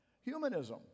Humanism